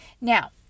Now